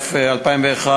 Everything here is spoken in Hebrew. מים וביוב,